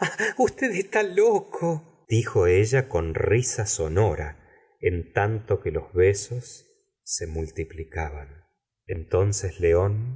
está loco dijo ella con risa sonora en tanto que los besos se multiplicaban entonces león